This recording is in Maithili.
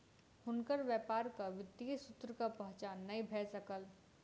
हुनकर व्यापारक वित्तीय सूत्रक पहचान नै भ सकल